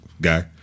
guy